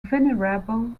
venerable